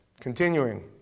Continuing